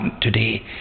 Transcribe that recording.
today